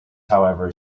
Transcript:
however